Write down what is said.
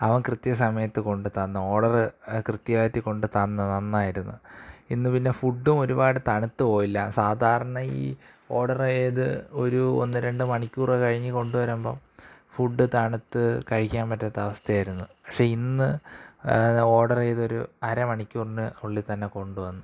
അവൻ കൃത്യ സമയത്ത് കൊണ്ടുത്തന്ന് ഓഡര് കൃത്യമായിട്ട് കൊണ്ടുത്തന്ന് നന്നായിരുന്നു ഇന്ന് പിന്നെ ഫുഡും ഒരുപാട് തണുത്തുപോയില്ല സാധാരണയീ ഓഡറേത് ഒരു ഒന്ന് രണ്ട് മണിക്കൂർ കഴിഞ്ഞ് കൊണ്ടുവരുമ്പോള് ഫുഡ് തണുത്ത് കഴിക്കാൻ പറ്റാത്ത അവസ്ഥയായിരുന്നു പക്ഷെ ഇന്ന് ഓഡറേതൊരു അര മണിക്കൂറിന് ഉള്ളില് തന്നെ കൊണ്ടുവന്ന്